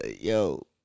yo